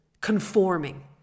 conforming